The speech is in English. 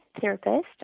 therapist